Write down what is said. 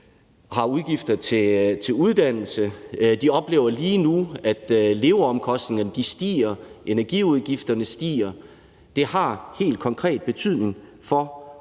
har udgifter til uddannelse, de oplever lige nu, at leveomkostningerne stiger, at energiudgifterne stiger, og det har helt konkret betydning for,